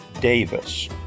Davis